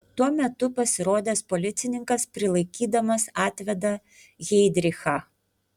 tuo metu pasirodęs policininkas prilaikydamas atveda heidrichą